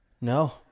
No